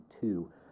two